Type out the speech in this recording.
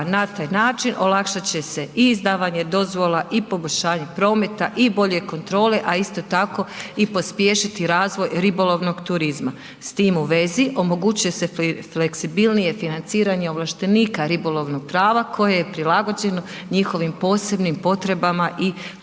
Na taj način olakšat će se i izdavanje dozvola i poboljšanje prometa i bolje kontrole, a isto tako i pospješiti razvoj ribolovnog turizma. S tim u vezi omogućuje se fleksibilnije financiranje ovlaštenika ribolovnog prava koje je prilagođeno njihovim posebnim potrebama i planovima